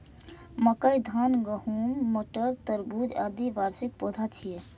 मकई, धान, गहूम, मटर, तरबूज, आदि वार्षिक पौधा छियै